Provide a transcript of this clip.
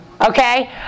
Okay